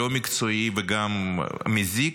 לא מקצועי וגם מזיק.